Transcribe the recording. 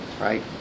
right